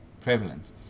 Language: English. prevalent